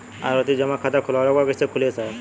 आवर्ती जमा खाता खोलवावे के बा कईसे खुली ए साहब?